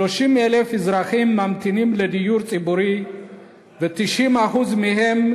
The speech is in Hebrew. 30,000 אזרחים ממתינים לדיור ציבורי ו-90% מהם,